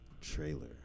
trailer